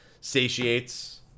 satiates